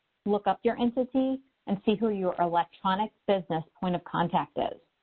look up your entity and see who your electronic business point of contact is.